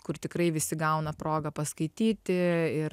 kur tikrai visi gauna progą paskaityti ir